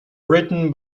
written